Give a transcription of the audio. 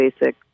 basic